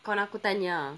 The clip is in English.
kawan aku tanya ah